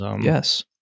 Yes